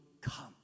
come